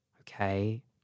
Okay